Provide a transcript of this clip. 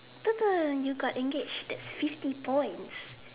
you got engaged that's fifty points